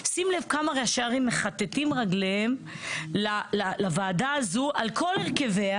שים לב כמה ראשי ערים מכתתים רגליהם לוועדה הזו על כל הרכביה